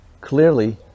clearly